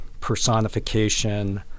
personification